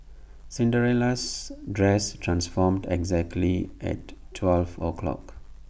Cinderella's dress transformed exactly at twelve o' clock